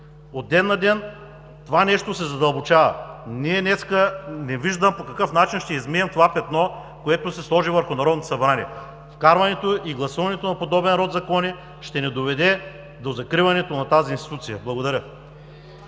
От ден на ден това нещо се задълбочава. Днес не виждам по какъв начин ще измием това петно, което се сложи върху Народното събрание. Вкарването и гласуването на подобен род закони ще ни доведе до закриването на тази институция. Благодаря.